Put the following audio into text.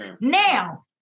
Now